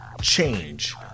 change